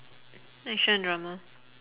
action and drama